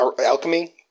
Alchemy